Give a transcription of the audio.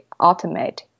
automate